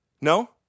No